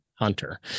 hunter